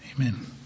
Amen